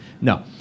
No